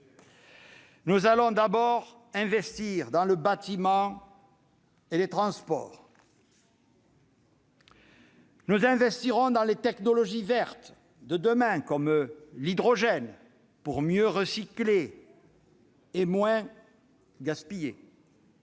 tout d'abord, dans le bâtiment et les transports. Nous investirons aussi dans les technologies vertes de demain, comme l'hydrogène, mais aussi pour mieux recycler et moins gaspiller.